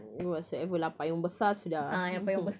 err whatsoever lah payung besar sudah